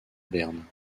berne